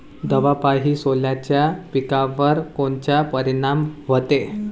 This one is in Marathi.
दवापायी सोल्याच्या पिकावर कोनचा परिनाम व्हते?